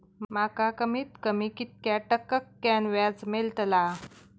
माका कमीत कमी कितक्या टक्क्यान व्याज मेलतला?